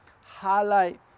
highlight